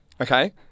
Okay